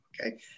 okay